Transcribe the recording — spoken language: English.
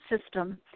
system